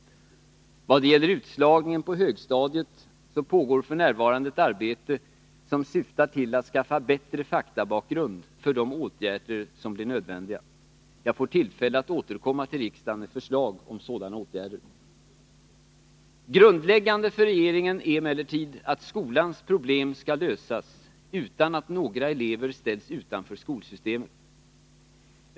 I vad gäller utslagningen på högstadiet pågår f. n. ett arbete som syftar till att skaffa bättre faktabakgrund för de åtgärder som blir nödvändiga. Jag får tillfälle att återkomma till riksdagen med förslag om sådana åtgärder. Grundläggande för regeringen är emellertid att skolans problem skall lösas utan att några elever ställs utanför skolsystemet.